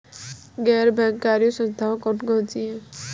गैर बैंककारी संस्थाएँ कौन कौन सी हैं?